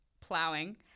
Plowing